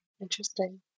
Interesting